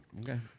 Okay